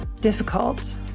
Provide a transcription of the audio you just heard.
difficult